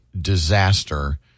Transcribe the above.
disaster